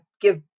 give